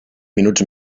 minuts